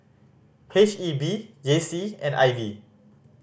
H E B J C and I B